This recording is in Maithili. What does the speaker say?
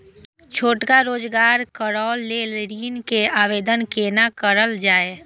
छोटका रोजगार करैक लेल ऋण के आवेदन केना करल जाय?